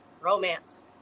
romance